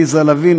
עליזה לביא,